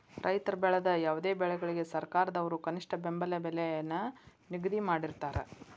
ರೈತ ಬೆಳೆದ ಯಾವುದೇ ಬೆಳೆಗಳಿಗೆ ಸರ್ಕಾರದವ್ರು ಕನಿಷ್ಠ ಬೆಂಬಲ ಬೆಲೆ ನ ನಿಗದಿ ಮಾಡಿರ್ತಾರ